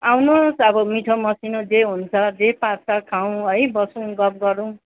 आउनुहोस् अब मिठोमसिनो जे हुन्छ जे पाक्छ खाउँ है बसौँ गफ गरौँ